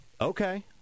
Okay